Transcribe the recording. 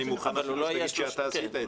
אני מוכן להגיד שאתה עשית את זה,